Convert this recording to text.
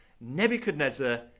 nebuchadnezzar